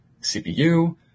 CPU